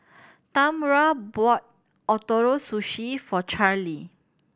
Tamra bought Ootoro Sushi for Charlee